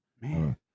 Man